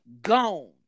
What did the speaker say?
gone